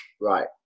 right